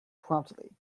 promptly